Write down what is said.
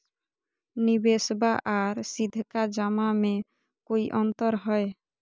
निबेसबा आर सीधका जमा मे कोइ अंतर हय?